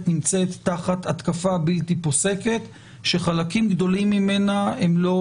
נמצאת תחת התקפה בלתי פוסקת שחלקים גדולים ממנה הם לא